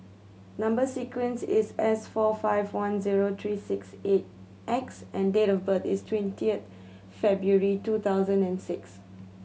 number sequence is S four five one zero three six eight X and date of birth is twentieth February two thousand and six